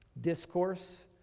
discourse